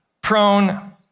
prone